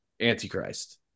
antichrist